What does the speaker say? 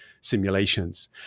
simulations